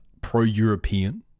pro-European